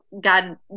God